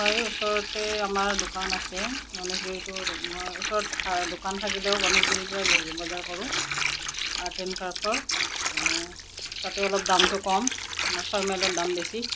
হয় ওচৰতে আমাৰ দোকান আছে গণেশগুৰিটো মই ওচৰত দোকান থাকিলেও গণেশগুৰিৰ পৰা বজাৰ কৰোঁ আৰ্ট এণ্ড ক্ৰাফ্ৰ তাতে অলপ দামটো কম আমাৰ ছয় মাইলত দাম বেছি